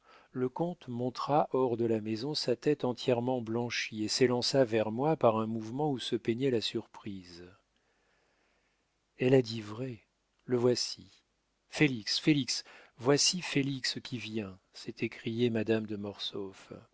le comte montra hors de la maison sa tête entièrement blanchie et s'élança vers moi par un mouvement où se peignait la surprise elle a dit vrai le voici félix félix voici félix qui vient s'est écriée madame de